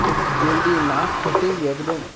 খুব জলদি না খেটেই একদম